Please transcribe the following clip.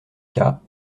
cas